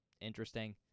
interesting